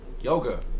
Yoga